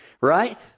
right